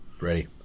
Ready